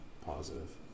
positive